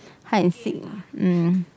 hide and seek um